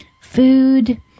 food